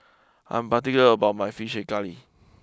I'm particular about my Fish Head Curry